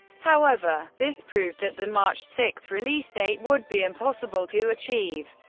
however, this proved that the march six release date would be impossible to achieve,